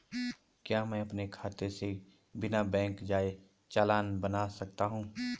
क्या मैं अपने खाते से बिना बैंक जाए चालान बना सकता हूँ?